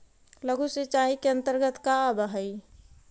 लघु सिंचाई के अंतर्गत का आव हइ?